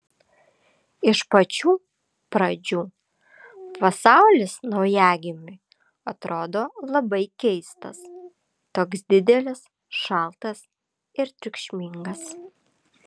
iš pačių pradžių pasaulis naujagimiui atrodo labai keistas toks didelis šaltas ir triukšmingas